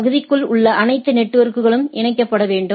பகுதிக்குள் உள்ள அனைத்து நெட்வொர்க்களும் இணைக்கப்பட வேண்டும்